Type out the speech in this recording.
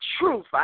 truth